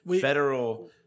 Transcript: Federal